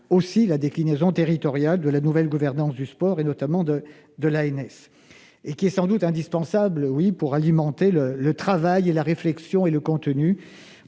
de la déclinaison territoriale de la nouvelle gouvernance du sport, et notamment de l'ANS. Ils sont sans doute indispensables pour alimenter le travail et le contenu